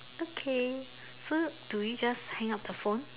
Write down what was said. okay so do we just hang up the phone